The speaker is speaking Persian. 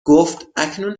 گفتاکنون